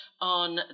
on